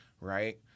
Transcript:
Right